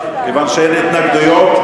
כיוון שאין התנגדויות?